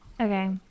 Okay